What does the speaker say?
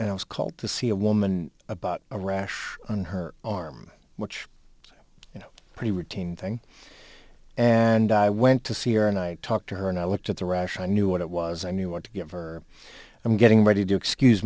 and i was called to see a woman about a rash on her arm which you know pretty routine thing and i went to see her and i talked to her and i looked at the rash i knew what it was i knew what to give or i'm getting ready to excuse